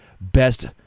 best